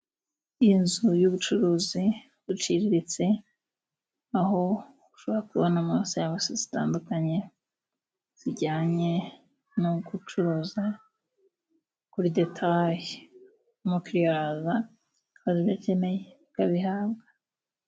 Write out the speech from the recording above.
Inzu y'ubucuruzi buciriritse aho ushobora kubonamo serivisi zitandukanye zijyanye no gucuruza kuri detaye. Umukiriya araza akabaza ibyo akeneye akabihabwa.